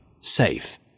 Safe